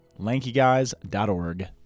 lankyguys.org